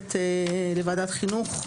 המשותפת לוועדת החינוך.